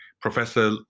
Professor